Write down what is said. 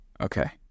Okay